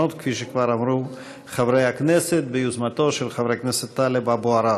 7283, 11507, 11629, 11630, 11645 ו-11663.